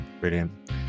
brilliant